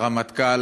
הרמטכ"ל,